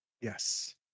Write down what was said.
yes